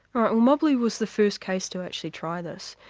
right. well mobley was the first case to actually try this,